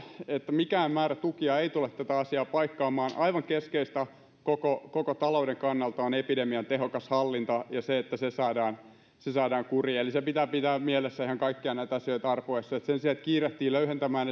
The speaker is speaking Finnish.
mikään määrä tukia ei tule tätä asiaa paikkaamaan aivan keskeistä koko koko talouden kannalta on epidemian tehokas hallinta ja se että se saadaan kuriin eli se pitää pitää mielessä ihan kaikkia näitä asioita arpoessa että sen sijaan että kiirehtii löyhentämään